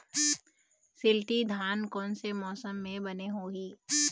शिल्टी धान कोन से मौसम मे बने होही?